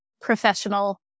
professional